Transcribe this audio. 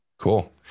Cool